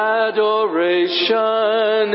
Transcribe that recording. adoration